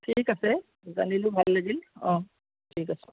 ঠিক আছে জানিলোঁ ভাল লাগিল অঁ ঠিক আছে